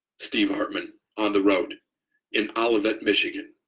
steve hartman on the road in olivet, michigan.